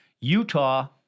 Utah